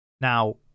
Now